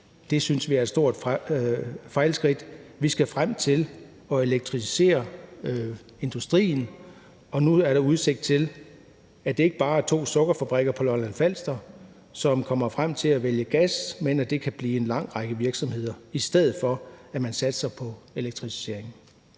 Det synes vi er et stort fejlskridt. Vi skal frem til at elektrificere industrien, og nu er der udsigt til, at det ikke bare er to sukkerfabrikker på Lolland og Falster, som kommer frem til at vælge gas, men at det kan blive en lang række virksomheder, i stedet for at man satser på elektrificering.